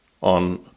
on